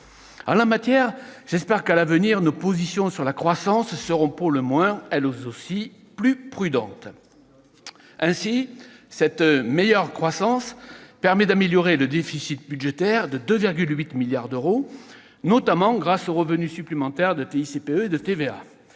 En la matière, j'espère qu'à l'avenir nos positions sur la croissance seront pour le moins, elles aussi, plus prudentes. Ainsi, cette meilleure croissance permet d'améliorer le déficit budgétaire de 2,8 milliards d'euros, notamment grâce aux revenus supplémentaires de TICPE et de TVA.